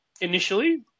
initially